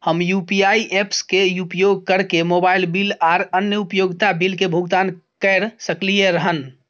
हम UPI apps के उपयोग कैरके मोबाइल बिल आर अन्य उपयोगिता बिल के भुगतान कैर सकलिये हन